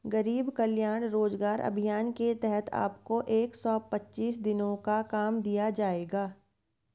गरीब कल्याण रोजगार अभियान के तहत आपको एक सौ पच्चीस दिनों का काम दिया जाएगा